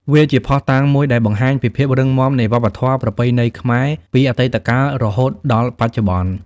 វាជាភស្ដុតាងមួយដែលបង្ហាញពីភាពរឹងមាំនៃវប្បធម៌ប្រពៃណីខ្មែរពីអតីតកាលរហូតដល់បច្ចុប្បន្ន។